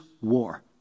war